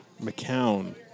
McCown